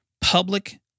public